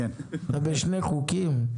אתה בין שני חוקים.